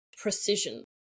precision